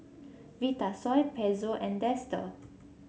Vitasoy Pezzo and Dester